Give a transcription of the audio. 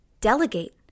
Delegate